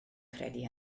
credu